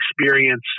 experience